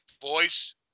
voice